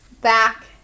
back